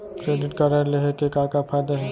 Credit card लेहे के का का फायदा हे?